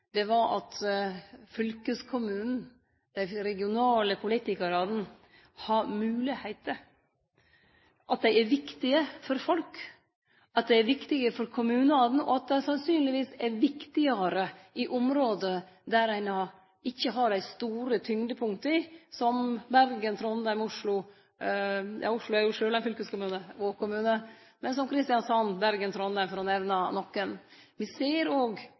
fylkespolitikar, var at fylkeskommunen, dei regionale politikarane, har moglegheiter, at dei er viktige for folk, at dei er viktige for kommunane, og at dei sannsynlegvis er viktigare i område der ein ikkje har dei store tyngdepunkta, som Bergen, Trondheim, Kristiansand og Oslo – ja, Oslo er jo sjølv ein fylkeskommune og kommune – for å nemne nokre. Me ser òg at fylkeskommunen står sterkare i dei delar av landet som